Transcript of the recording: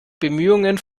bemühungen